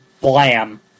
blam